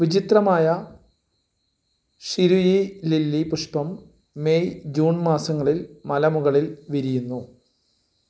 വിചിത്രമായ ഷിരുയി ലില്ലി പുഷ്പം May June മാസങ്ങളിൽ മലമുകളിൽ വിരിയുന്നു